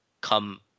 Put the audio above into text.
come